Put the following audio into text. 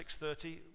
6.30